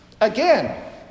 Again